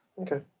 Okay